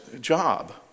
job